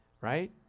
right